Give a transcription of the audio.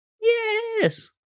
Yes